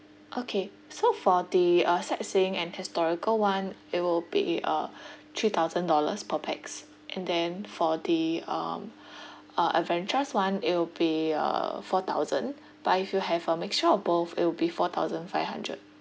okay so for the uh sightseeing and historical [one] it will be a three thousand dollars per pax and then for the um uh adventurous [one] it'll be uh four thousand but if you have a mixture of both it'll be four thousand five hundred